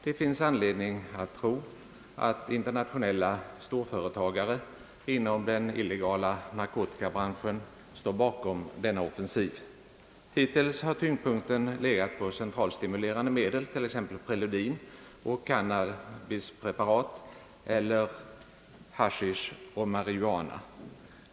Det finns anledning att tro att internationella storföretagare inom den illegala narkotikabranschen står bakom denna offensiv. Hittills har tyngdpunkten legat på centralstimulerande medel t.ex. preludin, och cannabispreparat eller haschisch och marijuana.